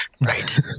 Right